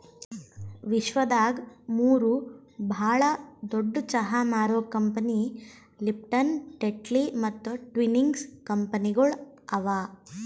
ವಿಶ್ವದಾಗ್ ಮೂರು ಭಾಳ ದೊಡ್ಡು ಚಹಾ ಮಾರೋ ಕಂಪನಿ ಲಿಪ್ಟನ್, ಟೆಟ್ಲಿ ಮತ್ತ ಟ್ವಿನಿಂಗ್ಸ್ ಕಂಪನಿಗೊಳ್ ಅವಾ